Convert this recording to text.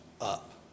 up